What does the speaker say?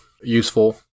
useful